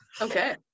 Okay